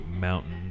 Mountain